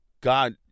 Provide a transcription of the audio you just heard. God